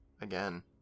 again